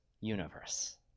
universe